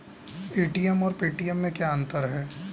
ATM और Paytm में क्या अंतर है?